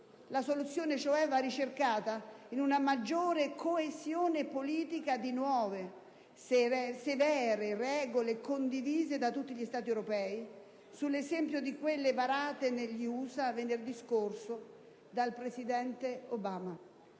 La soluzione, cioè, va ricercata in una maggiore coesione politica, in nuove, severe regole condivise da tutti gli Stati europei, sull'esempio di quelle varate negli USA venerdì scorso dal presidente Obama.